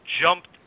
jumped